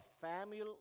family